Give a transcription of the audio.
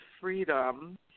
freedom